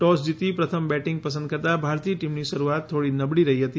toss જીતી પ્રથમ batting પસંદ કરતાં ભારતીય ટીમની શરૂઆત થોડી નબળી રહી હતી